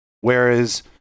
Whereas